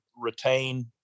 retain